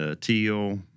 teal